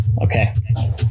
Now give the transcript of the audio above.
okay